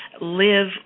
live